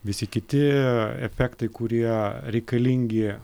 visi kiti efektai kurie reikalingi